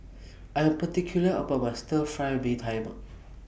I Am particular about My Stir Fry Mee Tai Mak